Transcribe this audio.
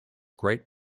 great